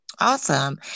Awesome